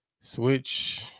Switch